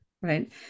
right